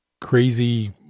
crazy